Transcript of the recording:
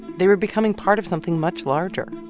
they were becoming part of something much larger